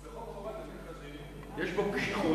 בחוק חובת המכרזים יש קשיחות,